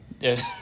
Yes